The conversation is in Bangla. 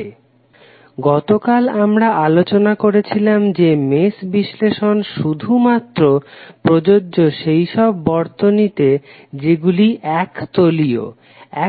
Refer Slide Time 0100 গতকাল আমরা আলোচনা করেছিলাম যে মেশ বিশ্লেষণ সুধু মাত্র প্রযোজ্য সেইসব বর্তনীতে যেগুলি এক তলীয়